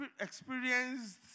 experienced